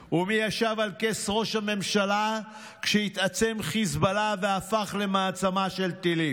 ומי ישב על כס ראש הממשלה כשהתעצם חיזבאללה והפך למעצמה של טילים?